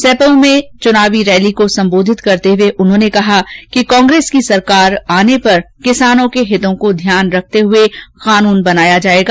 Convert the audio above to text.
सैपऊ ने चुनावी रैली को संबोधित करते हुए उन्होंने कहा कि कांग्रेस की सरकार आने पर पर किसानों के हितों का ध्यान रखते हुए कानून बनाया जाएगा